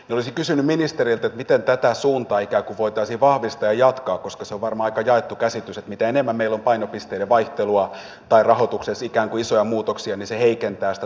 olisin kysynyt ministeriltä miten tätä suuntaa voitaisiin vahvistaa ja jatkaa koska se on varmaan aika jaettu käsitys että mitä enemmän meillä on painopisteiden vaihtelua tai rahoituksessa ikään kuin isoja muutoksia niin se heikentää sitä tuloksellisuutta ja vaikuttavuutta